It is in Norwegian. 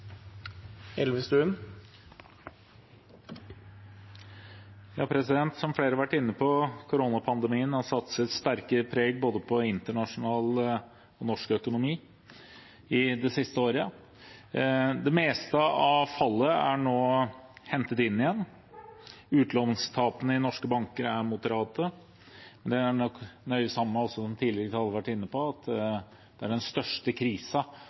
Som flere har vært inne på, har koronapandemien satt sitt sterke preg på både internasjonal og norsk økonomi det siste året. Det meste av fallet er nå hentet inn igjen. Utlånstapene i norske banker er moderate. Det henger nok nøye sammen med, som også tidligere talere har vært inne på, at den største krisen i norsk økonomi har vært i utelivsbransjen, i reiseliv, og det er